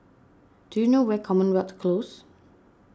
do you know where is Commonwealth Close